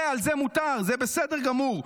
על זה מותר, זה בסדר גמור.